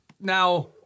now